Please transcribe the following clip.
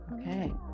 Okay